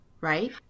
right